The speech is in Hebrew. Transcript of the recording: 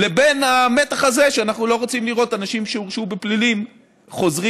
לבין המתח הזה שאנחנו לא רוצים לראות אנשים שהורשעו בפלילים חוזרים,